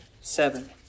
seven